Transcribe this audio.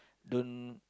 don't